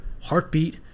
heartbeat